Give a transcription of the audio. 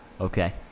okay